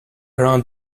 around